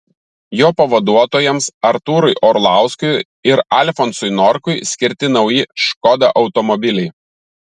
jo pavaduotojams artūrui orlauskui ir alfonsui norkui skirti nauji škoda automobiliai